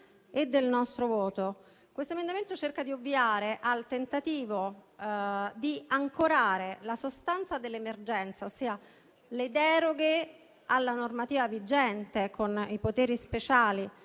e del voto che esprimeremo. L'emendamento 5.0.100/6 cerca di ovviare al tentativo di ancorare la sostanza dell'emergenza, ossia le deroghe alla normativa vigente con i poteri speciali